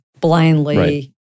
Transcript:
blindly